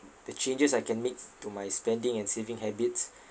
the changes I can make to my spending and saving habits